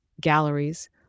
galleries